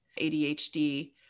ADHD